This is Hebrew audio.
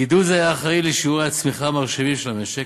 גידול זה היה אחראי לשיעורי הצמיחה המרשימים של המשק,